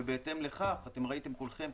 ובהתאם לכך ראיתם כולכם,